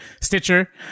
Stitcher